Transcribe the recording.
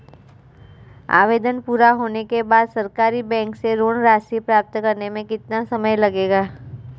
आवेदन पूरा होने के बाद सरकारी बैंक से ऋण राशि प्राप्त करने में कितना समय लगेगा?